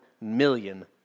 million